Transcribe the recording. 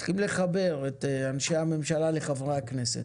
מתחילים לחבר את אנשי הממשלה לחברי הכנסת.